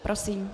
Prosím.